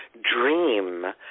dream